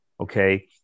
Okay